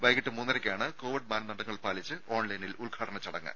വൈകീട്ട് മൂന്നരക്കാണ് കോവിഡ് മാനദണ്ഡങ്ങൾ പാലിച്ച് ഓൺലൈനിൽ ഉദ്ഘാടന ചടങ്ങ്